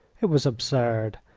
it was absurd.